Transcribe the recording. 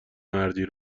مردی